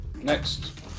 Next